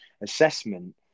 assessment